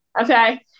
okay